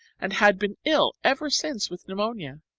and had been ill ever since with pneumonia.